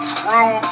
true